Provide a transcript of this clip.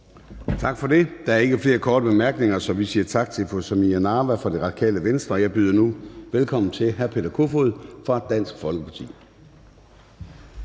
Tak for det. Der er ikke flere korte bemærkninger, så vi siger tak til fru Samira Nawa fra Radikale Venstre. Jeg byder nu velkommen til hr. Peter Kofod fra Dansk Folkeparti.